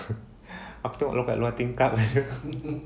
aku tengok kat luar tingkap jer